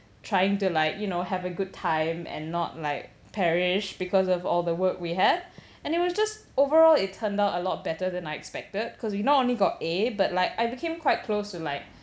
trying to like you know have a good time and not like parish because of all the work we had and it was just overall it turned out a lot better than I expected because we not only got A but like I became quite close to like